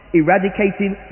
eradicating